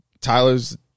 Tyler's